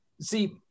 see